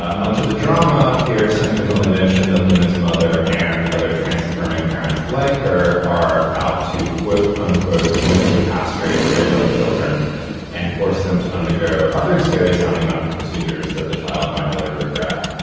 ah much of the drama here centers on the notion that luna's mother and other trans affirming parents like her are out to quote unquote chemically castrate their young children and force them to undergo other scary sounding medical procedures that the child might later regret.